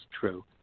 true